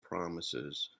promises